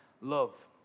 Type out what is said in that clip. love